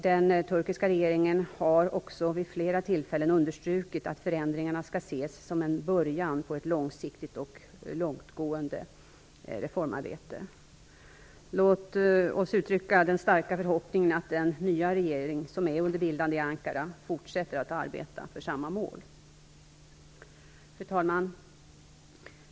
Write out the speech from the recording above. Den turkiska regeringen har också vid flera tillfällen understrukit att förändringarna skall ses som en början på ett långsiktigt och långtgående reformarbete. Låt oss uttrycka den starka förhoppningen att den nya regering som är under bildande i Ankara fortsätter att arbeta för samma mål! Fru talman!